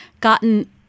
gotten